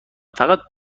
فقط